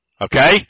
Okay